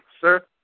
sir